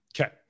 Okay